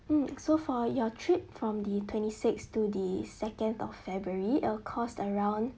mm so for your trip from the twenty six to the second of february it'll cost around